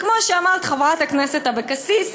וכמו שאמרת חברת הכנסת אבקסיס,